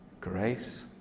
Grace